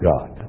God